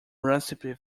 recipe